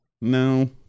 No